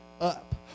up